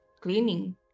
cleaning